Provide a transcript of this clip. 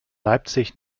leipzig